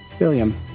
William